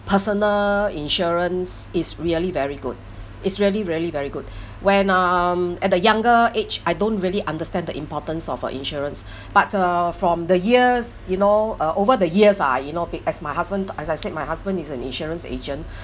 personal insurance is really very good is really really very good when um at the younger age I don't really understand the importance of uh insurance but uh from the years you know uh over the years ah you know beh as my husband as I said my husband is an insurance agent